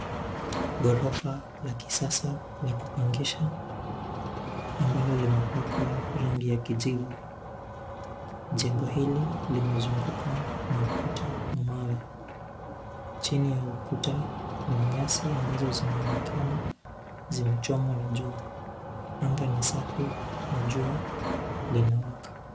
Gorofa ya kisasa ya kupangisha ambalo limepakwa rangi ya kijivu. Jengo hili limezungukwa na ukuta na mawe, chini ya ukuta kuna nyasi ambazo zinaonekana zimechomwa na jua, anga ni safi na jua linawaka.